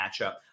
matchup